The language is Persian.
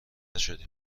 شدیم